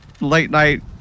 late-night